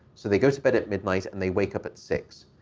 so they go to bed at midnight and they wake up at six.